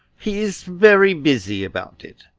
he is very busy about it.